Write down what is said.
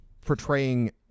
portraying